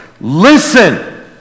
Listen